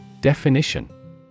Definition